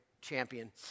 champion